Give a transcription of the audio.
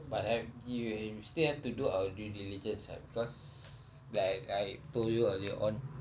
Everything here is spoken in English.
but have you we still have to do our due diligence ah because like I told you earlier on